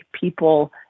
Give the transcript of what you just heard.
people